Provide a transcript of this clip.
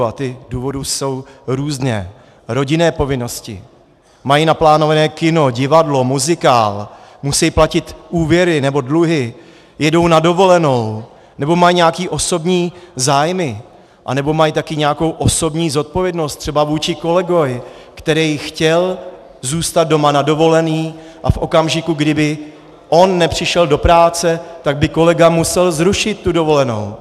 A ty důvody jsou různé rodinné povinnosti, mají naplánované kino, divadlo, muzikál, musí platit úvěry nebo dluhy, jedou na dovolenou nebo mají nějaké osobní zájmy nebo mají také nějakou osobní zodpovědnost třeba vůči kolegovi, který chtěl zůstat doma na dovolené, a v okamžiku, kdy by on nepřišel do práce, tak by kolega musel zrušit tu dovolenou.